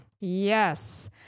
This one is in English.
yes